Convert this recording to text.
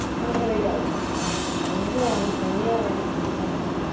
and then here we go again coming into the lunge bringing your awareness to the center.